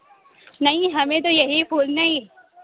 نہیں ہمیں تو یہی پھول نہیں